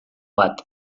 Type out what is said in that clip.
bat